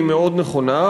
היא מאוד נכונה,